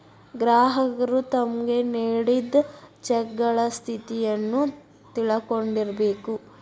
ಗ್ರಾಹಕರು ತಮ್ಗ್ ನೇಡಿದ್ ಚೆಕಗಳ ಸ್ಥಿತಿಯನ್ನು ತಿಳಕೊಂಡಿರ್ಬೇಕು